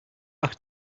back